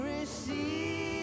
receive